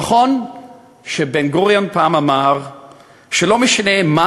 נכון שבן-גוריון אמר פעם שלא משנה מה